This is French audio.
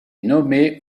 nommée